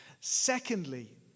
Secondly